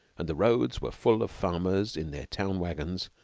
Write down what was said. and the roads were full of farmers in their town wagons,